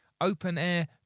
open-air